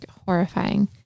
horrifying